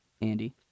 Andy